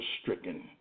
stricken